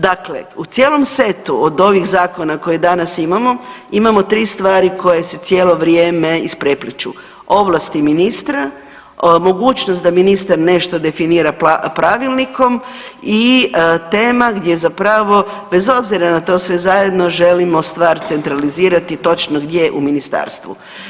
Dakle, u cijelom setu od ovih zakona koje danas imamo, imamo 3 stvari koje se cijelo vrijeme isprepliću, ovlasti ministra, mogućnost da ministar nešto definira pravilnikom i tema gdje zapravo, bez obzira na to sve zajedno, želimo stvar centralizirati točno gdje u Ministarstvu.